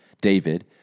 David